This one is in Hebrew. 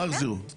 מה החזירו?